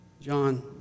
John